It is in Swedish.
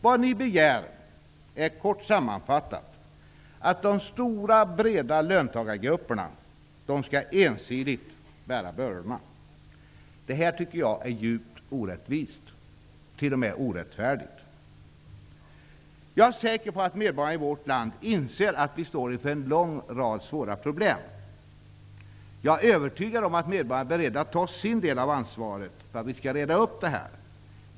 Vad ni begär är kort sammanfattat att de stora breda löntagargrupperna ensidigt skall bära bördorna. Detta är djupt orättvist och t.o.m. orättfärdigt. Jag är säker på att medborgarna i vårt land inser att vi står inför en lång rad svåra problem. Jag är övertygad om att medborgarna är beredda att ta sin del av ansvaret för att vi skall reda upp detta.